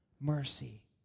mercy